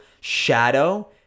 shadow